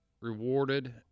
rewarded